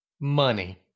money